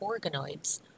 organoids